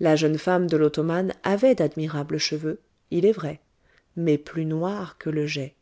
la jeune femme de l'ottomane avait d'admirables cheveux il est vrai mais plus noirs que le jais